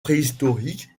préhistoriques